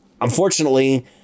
unfortunately